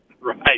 Right